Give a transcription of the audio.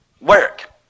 work